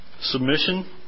Submission